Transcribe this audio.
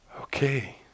Okay